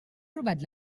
robat